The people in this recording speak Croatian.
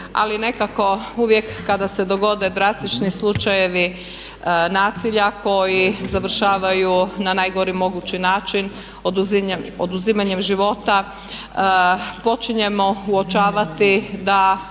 ali nekako uvijek kada se dogode drastični slučajevi nasilja koji završavaju na najgori mogući način oduzimanjem života počinjemo uočavati da